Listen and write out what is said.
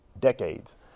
decades